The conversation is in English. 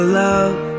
love